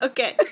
Okay